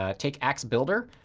ah take axe-builder,